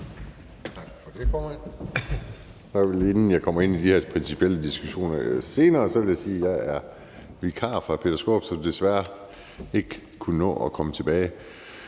Tak for det, formand. Jeg vil lige, inden jeg kommer ind i de her principielle diskussioner senere, sige, at jeg er vikar for Peter Skaarup, som desværre ikke kunne nå at komme tilbage.